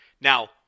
Now